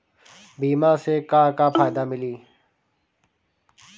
बीमा से का का फायदा मिली?